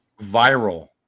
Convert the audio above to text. Viral